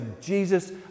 Jesus